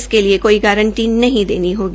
इसके लिए कोई गारंटी नहीं देने होगी